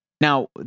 Now